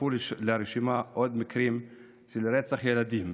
והצטרפו לרשימה עוד מקרים של רצח ילדים,